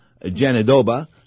Janadoba